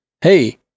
hey